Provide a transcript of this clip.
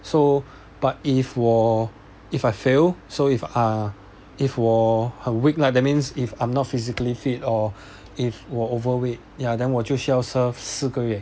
so but if 我 if I fail so if ah if 我很 weak lah that means if I'm not physically fit or if 我 overweight ya then 我就需要 serve 四个月